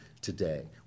today